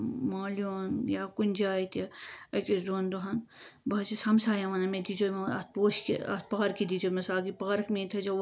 مالِیُن یا کُنہِ جایہِ تہِ أکِس دۄن دۄہن بہٕ حظ چھس ہمساین وَنان مےٚ دِی زیو یِمو اَتھ پوشہِ اَتھ پارکہِ دی زیو مےٚ سَگ یہِ پارک میانہِ تھٲے زیو واریاہ